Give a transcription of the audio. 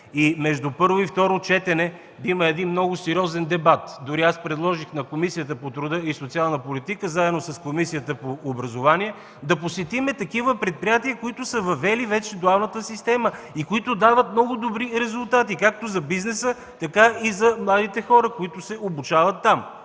между първо и второ четене да има един много сериозен дебат. Дори предложих на Комисията по труда и социалната политика, заедно с Комисията по образование, да посетим такива предприятия, които са въвели вече дуалната система и които дават много добри резултати както за бизнеса, така и за младите хора, които се обучават там.